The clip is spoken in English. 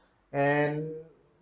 and